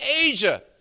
Asia